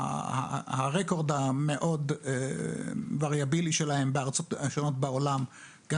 ציינתי גם את הרקורד השונה מאוד שלהם בארצות שונות בעולם.